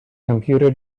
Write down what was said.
computer